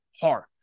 hard